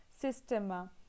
systema